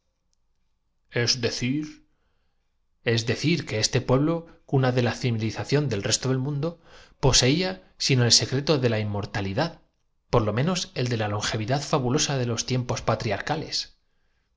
decir es decir que ese pueblo cuna de la civilización del resto del mundo poseía sino el secreto de la inmortalidad por lo menos el de la longevidad fabulosa de los